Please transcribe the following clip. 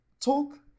talk